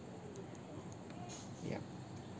ya